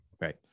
Right